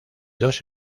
dos